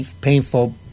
painful